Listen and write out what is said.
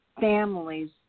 families